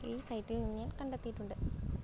ഈ സൈറ്റിൽ നിന്നു ഞാൻ കണ്ടെത്തിയിട്ടുണ്ട്